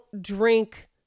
drink